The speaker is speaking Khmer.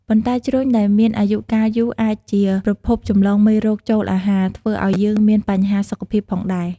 ប៉ុន្តែជ្រញ់ដែលមានអាយុកាលយូរអាចជាប្រភពចម្លងមេរោគចូលអាហារ ធ្វើឱ្យយើងមានបញ្ហាសុខភាពផងដែរ។